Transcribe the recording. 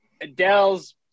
Adele's